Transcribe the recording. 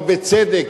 אבל בצדק,